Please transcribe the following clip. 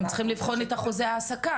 אתם צריכים לבחון את חוזה ההעסקה,